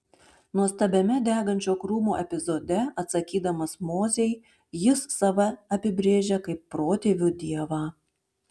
nuostabiame degančio krūmo epizode atsakydamas mozei jis save apibrėžia kaip protėvių dievą